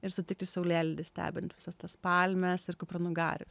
ir sutikti saulėlydį stebint visas tas palmes ir kupranugarius